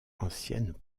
ancienne